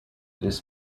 this